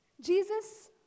Jesus